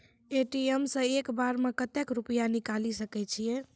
ATM सऽ एक बार म कत्तेक रुपिया निकालि सकै छियै?